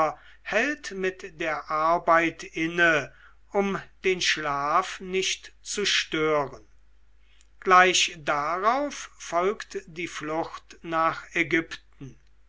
hält mit der arbeit inne um den schlaf nicht zu stören gleich darauf folgt die flucht nach ägypten